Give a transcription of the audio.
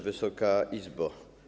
Wysoka Izbo!